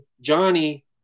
Johnny